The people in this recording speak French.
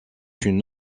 une